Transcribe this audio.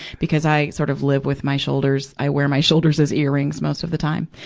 because i sort of live with my shoulders, i wear my shoulders as earrings most of the time.